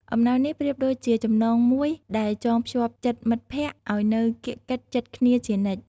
អំណោយនេះប្រៀបដូចជាចំណងមួយដែលចងភ្ជាប់ចិត្តមិត្តភក្តិឲ្យនៅកៀកកិតជិតគ្នាជានិច្ច។